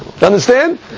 understand